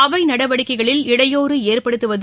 அவை நடவடிக்கைகளில் இடையூறு ஏற்படுத்துவது